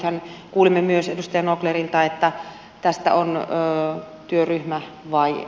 nythän kuulimme myös edustaja nauclerilta että tästä on työryhmä vai